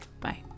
Bye